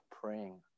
praying